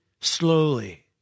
Slowly